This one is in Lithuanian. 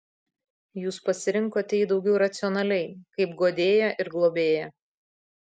jūs pasirinkote jį daugiau racionaliai kaip guodėją ir globėją